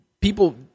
people